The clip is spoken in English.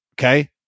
Okay